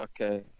Okay